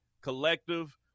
Collective